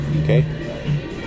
okay